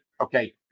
okay